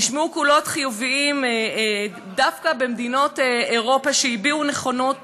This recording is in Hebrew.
נשמעו קולות חיוביים דווקא במדינות אירופה שהביעו נכונות